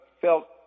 felt